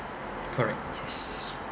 correct yes